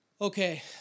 okay